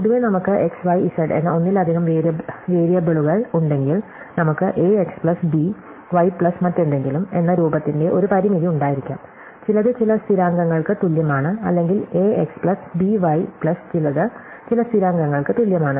പൊതുവേ നമുക്ക് x y z എന്ന ഒന്നിലധികം വേരിയബിളുകൾ ഉണ്ടെങ്കിൽ നമുക്ക് a x plus b y plus മറ്റെന്ത്കിലും എന്ന രൂപത്തിന്റെ ഒരു പരിമിതി ഉണ്ടായിരിക്കാം ചിലത് ചില സ്ഥിരാങ്കങ്ങൾക്ക് തുല്യമാണ് അല്ലെങ്കിൽ a x plus b y plus ചിലത് ചില സ്ഥിരാങ്കങ്ങൾക്ക് തുല്യമാണ്